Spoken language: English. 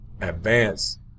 advanced